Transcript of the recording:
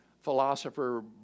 philosopher